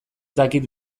dakit